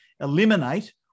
eliminate